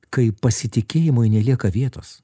kai pasitikėjimui nelieka vietos